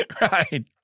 Right